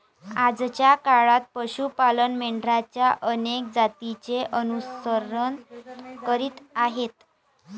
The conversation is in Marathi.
आजच्या काळात पशु पालक मेंढरांच्या अनेक जातींचे अनुसरण करीत आहेत